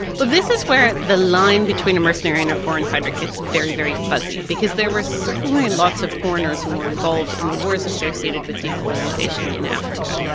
well, this is where the line between a mercenary and a foreign fighter gets very, very fuzzy, because there were certainly lots of foreigners who were involved in the wars associated with decolonisation in africa.